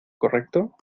correcto